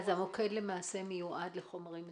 אז המוקד מיועד לחומרים מסוכנים?